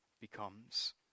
becomes